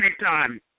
anytime